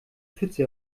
pfütze